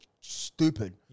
stupid